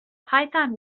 python